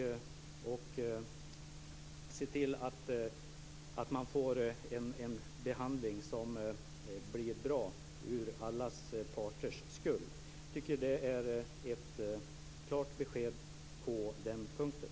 Då kan man se till att det blir en bra behandling ur alla parters synvinklar. Jag tycker att det är ett klart besked på den punkten.